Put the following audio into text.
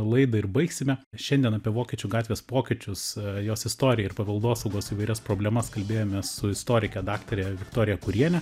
laidą ir baigsime šiandien apie vokiečių gatvės pokyčius jos istoriją ir paveldosaugos įvairias problemas kalbėjomės su istorike daktare viktorija kūriene